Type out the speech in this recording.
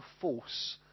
force